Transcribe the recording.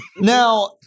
Now